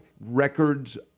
records